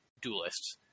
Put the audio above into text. duelists